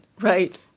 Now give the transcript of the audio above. Right